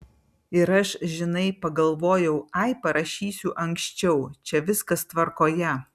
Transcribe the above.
ir aš žinai pagalvojau ai parašysiu anksčiau čia viskas tvarkoje